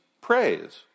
praise